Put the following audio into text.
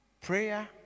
Prayer